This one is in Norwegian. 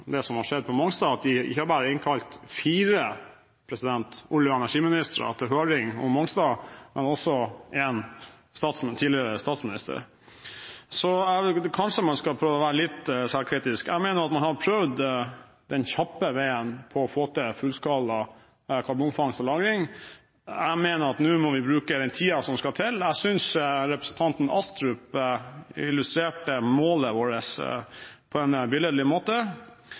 det som har skjedd på Mongstad, at de ikke bare har innkalt fire olje- og energiministre til høring om Mongstad, men også en tidligere statsminister. Så kanskje man skal prøve å være litt selvkritisk. Jeg mener at man har prøvd den kjappe veien for å få til fullskala karbonfangst og -lagring. Jeg mener at nå må vi bruke den tiden som skal til. Jeg synes representanten Astrup illustrerte målet vårt på en forbilledlig måte.